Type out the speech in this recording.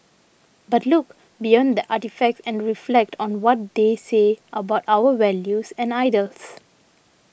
but look beyond the artefacts and reflect on what they say about our values and ideals